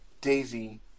Daisy